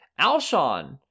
alshon